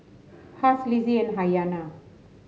Huy Lizzie and Ayanna